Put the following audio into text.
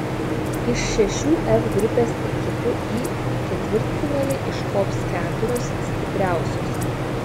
iš šešių f grupės ekipų į ketvirtfinalį iškops keturios stipriausios